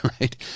Right